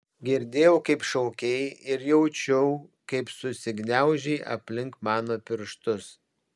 girdėjau kaip šaukei ir jaučiau kaip susigniaužei aplink mano pirštus